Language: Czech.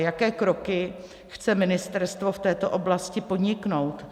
Jaké kroky chce ministerstvo v této oblasti podniknout?